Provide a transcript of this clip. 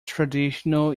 traditional